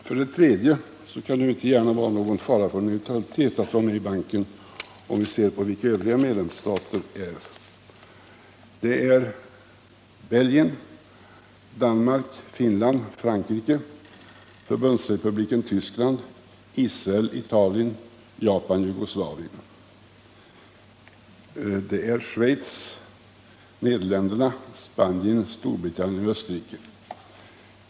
För det tredje kan det inte gärna vara någon fara för vår neutralitet att vara med i banken. Det framstår klart om vi ser på vilka de övriga medlemsstaterna är, nämligen bl.a. Belgien, Danmark, Finland, Frankrike, Förbundsrepubliken Tyskland, Israel, Italien, Japan, Jugoslavien, Schweiz, Nederländerna, Spanien, Storbritannien och Österrike.